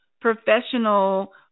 professional